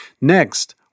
Next